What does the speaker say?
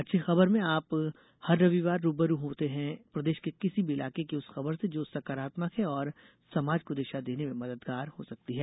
अच्छी खबर में आप हर रविवार रू ब रू होते हैं प्रदेश के किसी भी इलाके की उस खबर से जो सकारात्मक है और समाज को दिशा देने में मददगार हो सकती है